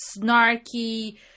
snarky